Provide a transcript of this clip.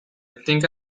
think